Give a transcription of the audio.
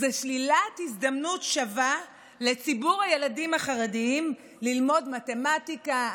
זו שלילת הזדמנות שווה לציבור הילדים החרדים ללמוד מתמטיקה,